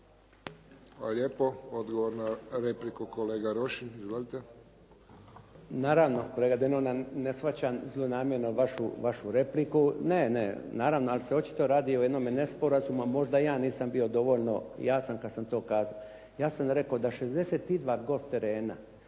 lijepo. Odgovor na repliku kolega Rošin. Izvolite. **Rošin, Jerko (HDZ)** Naravno, kolega Denona. Ne shvaćam zlonamjerno vašu repliku, ali se očito radi o jednome nesporazumu a možda ja nisam bio dovoljno jasan kad sam to kazao. Ja sam rekao da 62 golf terena